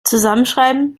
zusammenschreiben